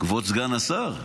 כבוד סגן השר,